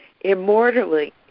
immortally